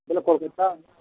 ବୋଲେ କଲକାତା